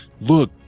look